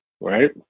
right